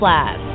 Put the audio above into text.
Lab